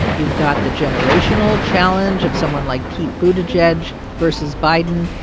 you've got the generational challenge of someone like pete buttigieg versus biden.